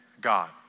God